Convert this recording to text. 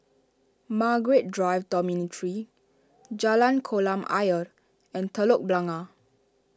Margaret Drive Dormitory Jalan Kolam Ayer and Telok Blangah